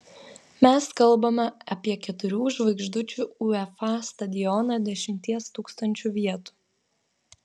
mes kalbame apie keturių žvaigždučių uefa stadioną dešimties tūkstančių vietų